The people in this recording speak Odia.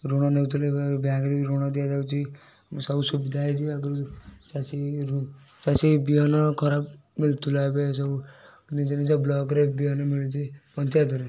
ଋଣ ନେଉଥିଲେ ଏବେ ଆହୁରି ବ୍ୟାଙ୍କ୍ ରେ ବି ଋଣ ଦିଆଯାଉଛି ମୁଁ ସବୁ ସୁବିଧା ହୋଇଛି ଆଗରୁ ଚାଷୀ ରୁ ଚାଷୀ ବିହନ ଖରାପ ମିଳୁଥୁଲା ଏବେ ସବୁ ନିଜ ନିଜ ବ୍ଲକ୍ରେ ବିହନ ମିଳୁଛି ପଞ୍ଚାୟତରେ